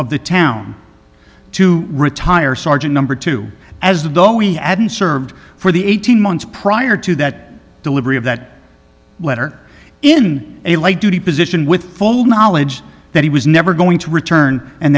of the town to retire sergeant number two as though we add in served for the eighteen months prior to that delivery of that letter in a light duty position with full knowledge that he was never going to return and